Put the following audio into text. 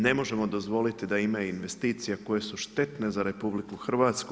Ne možemo dozvoliti da ima investicija koje su štetne za RH.